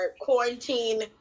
quarantine